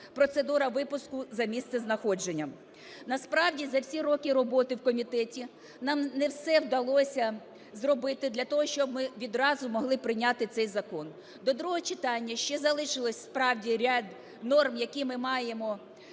процедура випуску за місцем знаходження. Насправді за всі роки роботи в комітеті нам не все вдалося зробити для того, щоб ми відразу могли прийняти цей закон. До другого читання ще залишилось справді ряд норм, які ми маємо